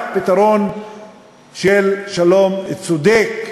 רק פתרון של שלום צודק,